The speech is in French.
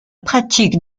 pratique